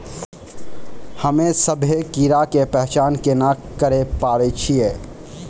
हम्मे सभ्भे कीड़ा के पहचान केना करे पाड़ै छियै?